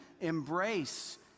embrace